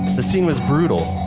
the scene was brutal.